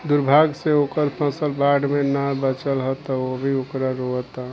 दुर्भाग्य से ओकर फसल बाढ़ में ना बाचल ह त उ अभी रोओता